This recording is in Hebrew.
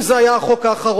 אם זה היה החוק האחרון,